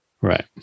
right